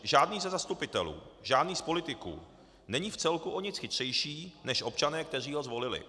Žádný ze zastupitelů, žádný z politiků není vcelku o nic chytřejší než občané, kteří ho zvolili.